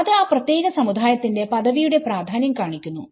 അത് ആ പ്രത്യേക സമുദായത്തിന്റെ പദവി യുടെ പ്രാധാന്യം കാണിക്കുന്നു